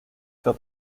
für